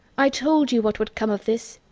i told you what would come of this!